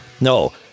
No